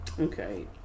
Okay